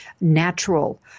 natural